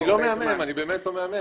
אני לא מעמעם, אני באמת לא מעמעם.